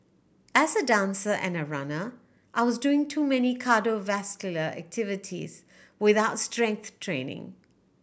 as a dancer and a runner I was doing too many cardiovascular activities without strength training